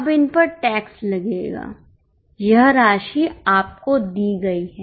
अब इन पर टैक्स लगेगा यह राशि आपको दी गई है